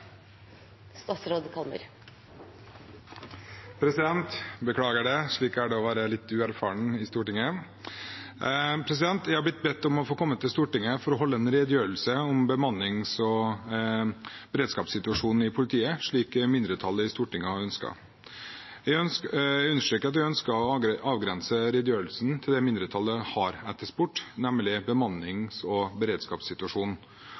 i Stortinget. – Det anses vedtatt. Jeg har blitt bedt om å komme til Stortinget for å holde en redegjørelse om bemannings- og beredskapssituasjonen i politiet, slik mindretallet i Stortinget har ønsket. Jeg understreker at jeg ønsker å avgrense redegjørelsen til det mindretallet har etterspurt, nemlig